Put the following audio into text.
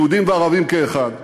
יהודים וערבים כאחד,